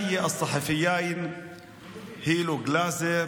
אני מברך את שני העיתונאים הילו גלזר